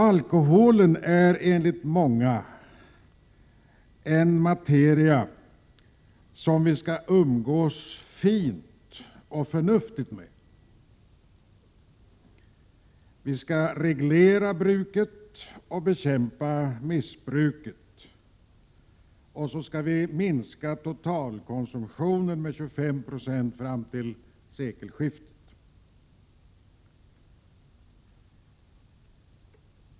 Alkoholen är enligt många en materia som vi skall umgås fint och förnuftigt med. Vi skall reglera bruket och bekämpa missbruket. Vi skall också minska totalkonsumtionen med 25 90 fram till sekelskiftet.